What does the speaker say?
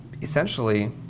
Essentially